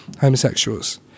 homosexuals